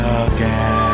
again